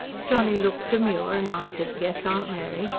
johnny looked demure and answered yes, aunt mary,